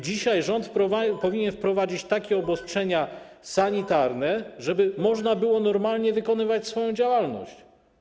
Dzisiaj rząd powinien wprowadzić takie obostrzenia sanitarne, żeby można było normalnie wykonywać swoją działalność.